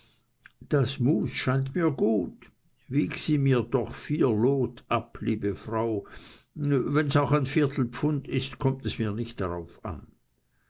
das mus scheint mir gut wieg sie mir doch vier lot ab liebe frau wenns auch ein viertelpfund ist kommt es mir nicht darauf an